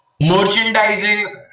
Merchandising